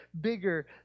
bigger